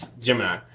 Gemini